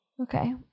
Okay